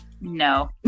No